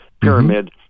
pyramid